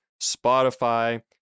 Spotify